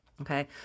Okay